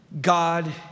God